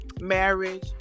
marriage